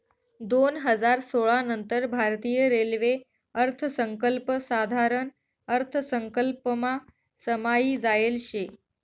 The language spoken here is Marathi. दोन हजार सोळा नंतर भारतीय रेल्वे अर्थसंकल्प साधारण अर्थसंकल्पमा समायी जायेल शे